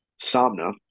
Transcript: somna